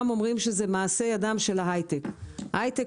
כולם אומרים שזה מעשה ידה של ההיי-טק אבל ההייטק